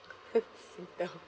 Singtel